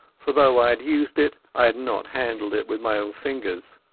for though i had used it i had not handled it with my own fingers.